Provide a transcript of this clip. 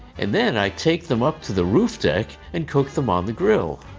and then i take them up to the roof deck and cook them on the grill.